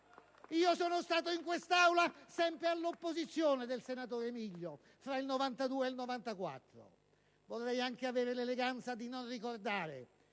Sono stato in questa Aula sempre all'opposizione del senatore Miglio fra il 1992 e il 1994,